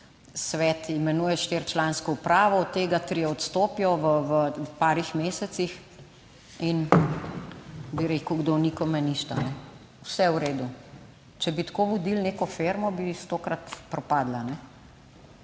svet imenuje štiričlansko upravo, od tega trije odstopijo v parih mesecih in bi rekel kdo, "nikome ništa", vse v redu. Če bi tako vodili neko firmo, bi stokrat propadla,